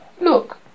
Look